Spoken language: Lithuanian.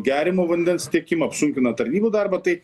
geriamo vandens tiekimą apsunkina tarnybų darbą tai